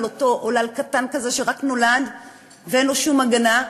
אותו עולל קטן כזה שרק נולד ואין לו שום הגנה.